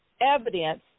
evidence